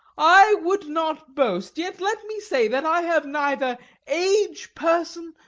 i would not boast yet let me say, that i have neither age, person,